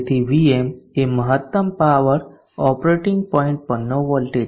તેથી Vm એ મહત્તમ પાવર ઓપરેટિંગ પોઇન્ટ પરનો વોલ્ટેજ છે